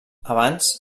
abans